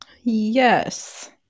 Yes